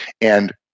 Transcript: And-